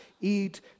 eat